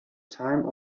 time